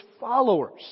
followers